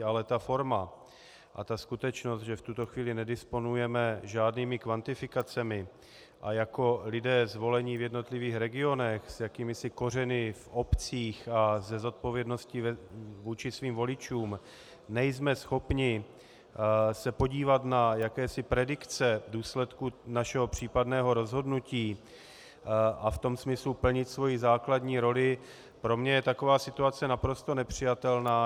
Ale ta forma a skutečnost, že v tuto chvíli nedisponujeme žádnými kvantifikacemi a jako lidé zvolení v jednotlivých regionech s jakýmisi kořeny v obcích a se zodpovědností vůči svým voličům nejsme schopni se podívat na jakési predikce důsledku našeho případného rozhodnutí a v tom smyslu plnit svoji základní roli pro mě je taková situace naprosto nepřijatelná.